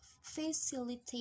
facilitate